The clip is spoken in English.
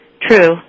True